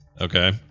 okay